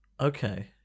Okay